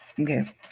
Okay